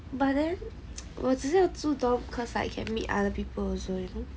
but then 我只是要住 dorm cause I can meet other people also